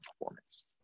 performance